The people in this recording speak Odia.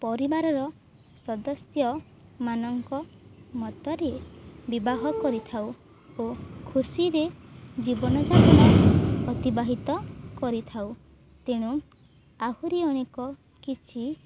ପରିବାରର ସଦସ୍ୟମାନଙ୍କ ମତରେ ବିବାହ କରିଥାଉ ଓ ଖୁସିରେ ଜୀବନ ଯାତ୍ରା ଅତିବାହିତ କରିଥାଉ ତେଣୁ ଆହୁରି ଅନେକ କିଛି